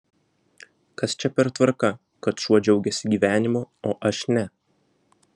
kas čia per tvarka kad šuo džiaugiasi gyvenimu o aš ne